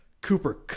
Cooper